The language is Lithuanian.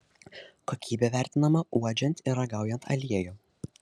kokybė vertinama uodžiant ir ragaujant aliejų